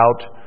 out